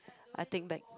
I think back